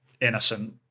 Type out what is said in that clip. innocent